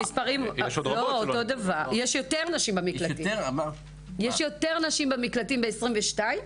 יש יותר נשים במקלטים ב-2022.